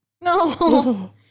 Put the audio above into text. No